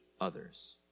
others